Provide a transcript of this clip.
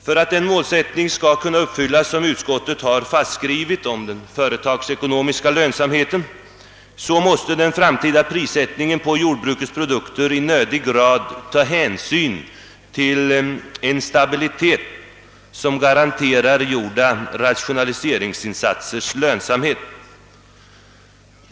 För att den målsättning om företagsekonomisk lönsamhet som utskottet har angivit skall kunna uppfyllas, måste den framtida prissättningen på jordbrukets produkter i nödig grad ta hänsyn till en stabilitet som garanterar gjorda rationaliseringsinsatsers lönsamhet.